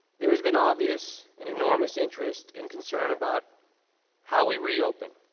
there has been obvious and enormous interest and concern about how we reopen.